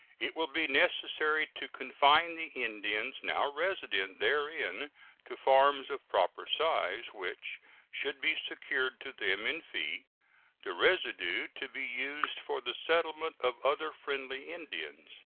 it will be necessary to confine the indians now resident therein to farms of proper size, which should be secured to them in fee the residue to be used for the settlement of other friendly indians.